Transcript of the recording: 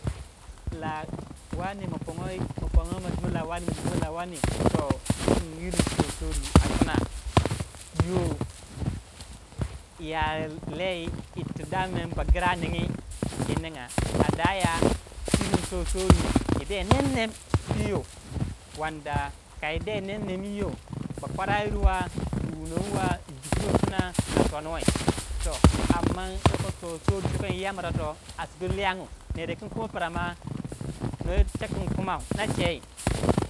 Lah wane ma ponguwe ma dimmuwai la wane ma kingyi yiring toh souri a pna yoh ya lei irtu daman bagra ningi yi ninga a daya irin tou souri yi dei nem nem yi yo, wanda kai de nem yi yo bakwara yirwa bu wunon wa yi jukroh puno punah son wai. toh yokoh ton souri tu inyiyambra toh a toson liyangu ner wukum koh ma pra ma noh yicha lein kuma na chei.